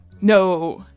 No